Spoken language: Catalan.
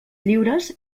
lliures